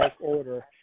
order